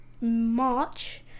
March